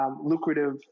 lucrative